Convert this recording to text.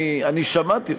אני שמעתי.